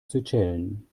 seychellen